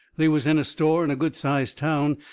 they was in a store in a good-sized town,